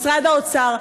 משרד האוצר,